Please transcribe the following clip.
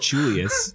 Julius